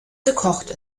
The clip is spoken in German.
gekocht